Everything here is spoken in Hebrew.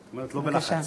את אומרת: לא בלחץ.